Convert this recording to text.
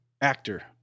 actor